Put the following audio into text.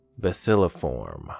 Bacilliform